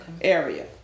area